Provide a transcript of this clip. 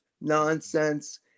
nonsense